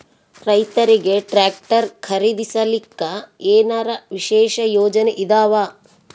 ರೈತರಿಗೆ ಟ್ರಾಕ್ಟರ್ ಖರೀದಿಸಲಿಕ್ಕ ಏನರ ವಿಶೇಷ ಯೋಜನೆ ಇದಾವ?